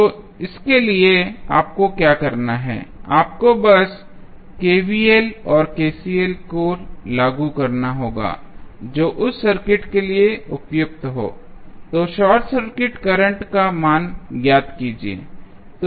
तो इसके लिए आपको क्या करना है आपको बस KVL या KCL को लागू करना होगा जो उस सर्किट के लिए उपयुक्त हो तो शॉर्ट सर्किट करंट का मान ज्ञात कीजिए